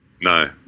No